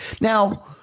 Now